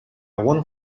want